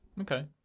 Okay